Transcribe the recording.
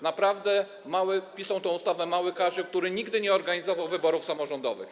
Naprawdę pisał tę ustawę mały Kazio, który nigdy nie organizował wyborów samorządowych.